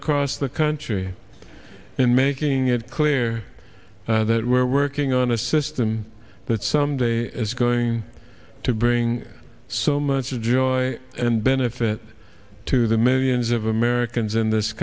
across the country in making it clear that we're working on a system that someday is going to bring so much joy and benefit to the millions of americans in this